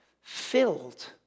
filled